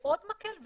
ועוד מקל?